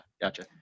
gotcha